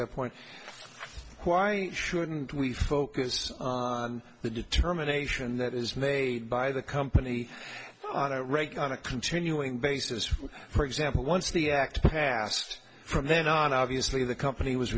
that point why shouldn't we focus on the determination that is made by the company on a regular on a continuing basis for example once the act passed from then on obviously the company was